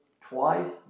twice